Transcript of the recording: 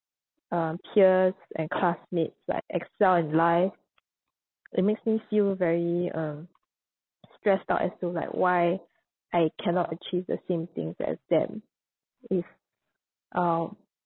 um peers and classmates like excel in life it makes me feel very uh stressed out as to like why I cannot achieve the same things as them if um